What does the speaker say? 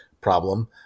problem